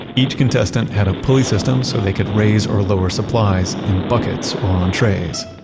each contestant had a pulley system, so they could raise or lower supplies in buckets or on trays.